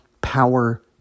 power